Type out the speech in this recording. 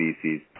species